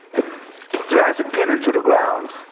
it drives a pin into the ground.